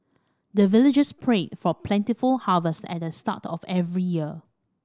the villagers pray for plentiful harvest at the start of every year